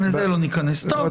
לא, גם לזה לא ניכנס, טוב, בסדר.